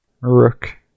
rook